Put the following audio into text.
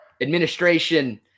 administration